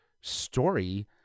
story